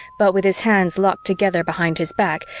but with his hands locked together behind his back,